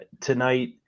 Tonight